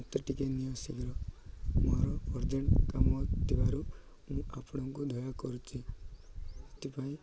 ମୋତେ ଟିକେ ନିଅ ଶୀଘ୍ର ମୋର ଅରଜେଣ୍ଟ କାମ ଥିବାରୁ ମୁଁ ଆପଣଙ୍କୁ ଦୟା କରୁଛି ସେଥିପାଇଁ